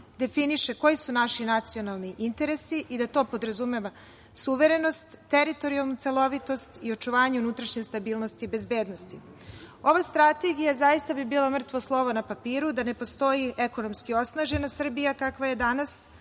definiše koji su naši nacionalni interesi i da to podrazumeva suverenost, teritorijalnu celovitost i očuvanje unutrašnje stabilnosti i bezbednosti. Ova Strategija zaista bi bila mrtvo slovo na papiru da ne postoji ekonomski osnažena Srbija, kakva je danas,